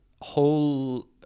whole